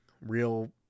real